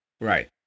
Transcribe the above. Right